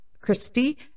Christy